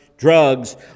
Drugs